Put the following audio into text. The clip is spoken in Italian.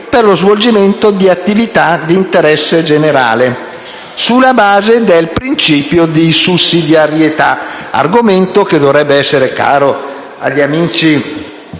per lo svolgimento di attività di interesse generale, sulla base del principio di sussidiarietà»; l'argomento dovrebbe essere caro agli amici